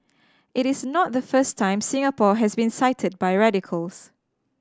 it is not the first time Singapore has been cited by radicals